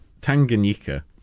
Tanganyika